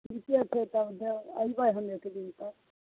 ठीके छै तब अइबय हम एक दिन तब